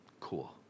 Cool